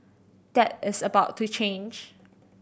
that is about to change